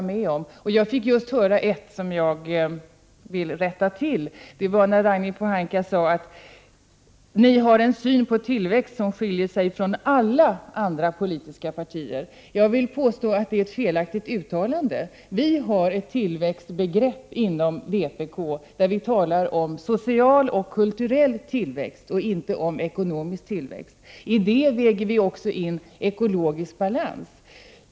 Jag fick just höra ett uttalande som jag vill bemöta. Ragnhild Pohanka sade: Ni har en syn på tillväxt som skiljer sig från alla andra politiska partiers. Jag vill påstå att detta är ett felaktigt uttalande. Inom vpk talar vi om social och kulturell tillväxt, inte om ekonomisk tillväxt. Vi väger också in ekologisk balans.